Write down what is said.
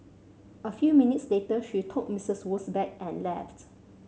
a few minutes later she took Mistress Wu's bag and left